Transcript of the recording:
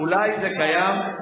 אולי זה קיים,